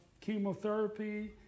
chemotherapy